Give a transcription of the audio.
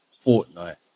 fortnight